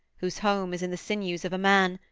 whose home is in the sinews of a man,